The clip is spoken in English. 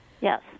yes